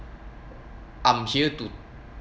I'm here to